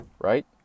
right